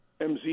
MZ